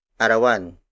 Arawan